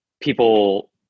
people